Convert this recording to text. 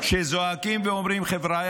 שזועקות ואומרות: חבריא,